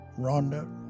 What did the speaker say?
Rhonda